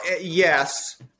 yes